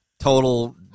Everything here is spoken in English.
total